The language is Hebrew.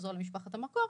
לחזור למשפחת המקור,